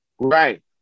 Right